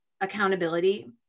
accountability